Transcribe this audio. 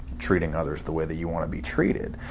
treating others the way that you want to be treated.